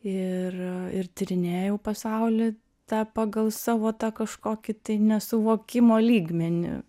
ir ir tyrinėjau pasaulį tą pagal savo tą kažkokį tai nesuvokimo lygmenį